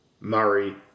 Murray